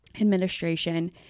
administration